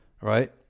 right